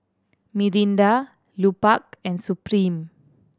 Mirinda Lupark and Supreme